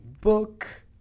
book